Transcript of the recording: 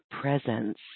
presence